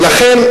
ולכן,